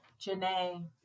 Janae